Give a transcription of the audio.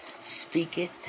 speaketh